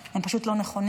הם פשוט לא נכונים.